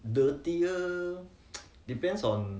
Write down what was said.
dirtier depends on